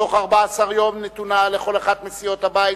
בתוך 14 יום נתונה לכל אחת מסיעות הבית